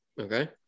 okay